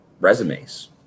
resumes